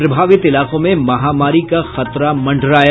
प्रभावित इलाकों में महामारी का खतरा मंडराया